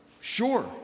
Sure